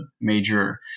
major